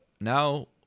now